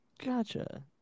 Gotcha